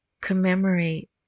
commemorate